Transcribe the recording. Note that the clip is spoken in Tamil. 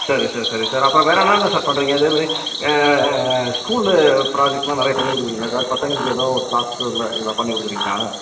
சரி சார் சரி சார் அப்புறம் வேறு என்னென்ன சார் பண்ணுறீங்க இதே மாதிரி ஸ்கூல்லு ப்ராஜெக்ட்லாம் நிறைய பண்ணிக் கொடுக்கிறீங்களா சார் பசங்களுக்கு எதுவும் ஒரு க்ளாஸ்குள்ளே இதெலாம் பண்ணிக் கொடுக்கிறீங்களா